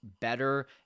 better